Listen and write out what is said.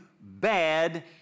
bad